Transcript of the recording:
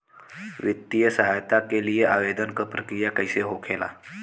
वित्तीय सहायता के लिए आवेदन क प्रक्रिया कैसे होखेला?